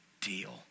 deal